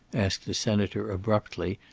asked the senator abruptly,